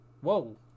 Whoa